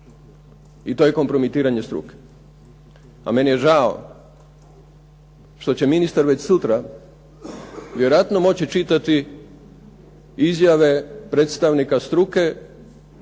i to je kompromitiranje struke, a meni je žao što će ministar već sutra vjerojatno moći čitati izjave predstavnika struke